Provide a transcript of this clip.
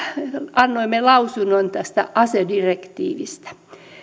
annoimme lausunnon tästä asedirektiivistä